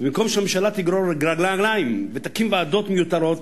ובמקום שהממשלה תגרור רגליים ותקים ועדות מיותרות,